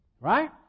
Right